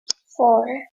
four